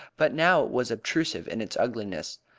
but now it was obtrusive in its ugliness.